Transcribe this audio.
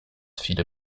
viele